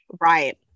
right